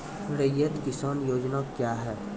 रैयत किसान योजना क्या हैं?